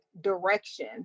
direction